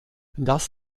das